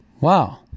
wow